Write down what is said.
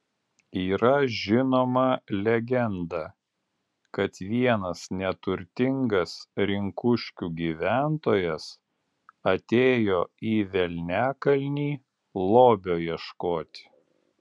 yra žinoma legenda kad vienas neturtingas rinkuškių gyventojas atėjo į velniakalnį lobio ieškoti